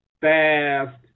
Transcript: fast